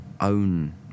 own